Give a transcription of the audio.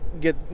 get